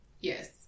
Yes